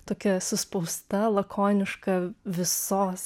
tokia suspausta lakoniška visos